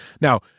Now